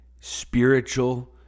spiritual